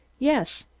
yes.